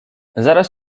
zaraz